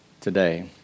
today